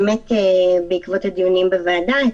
בעקבות הדיונים בוועדה,